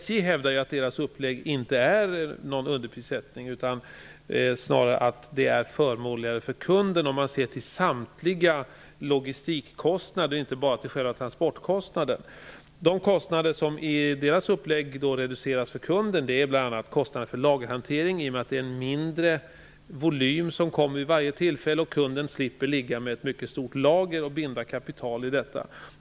SJ hävdar att deras upplägg inte innebär någon underprissättning, utan att det snarare är förmånligare för kunden om man ser till samtliga logistikkostnader och inte bara till själva transportkostnaden. De kostnader som i deras upplägg reduceras för kunden är bl.a. kostnaden för lagerhantering, i och med att det är en mindre volym som kommer vid varje tillfälle och kunden slipper ligga med ett mycket stort lager och binda kapital i detta.